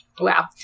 wow